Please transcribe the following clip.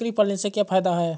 बकरी पालने से क्या फायदा है?